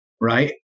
right